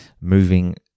moving